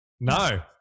No